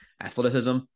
athleticism